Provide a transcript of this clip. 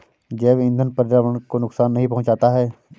जैव ईंधन पर्यावरण को नुकसान नहीं पहुंचाता है